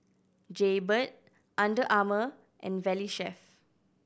Jaybird Under Armour and Valley Chef